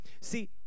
See